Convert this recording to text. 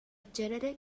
genetics